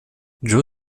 joe